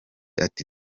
ati